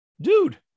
dude